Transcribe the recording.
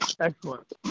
Excellent